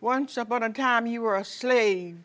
once upon a time you were a slave